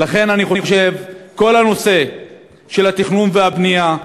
לכן אני חושב, כל הנושא של התכנון והבנייה,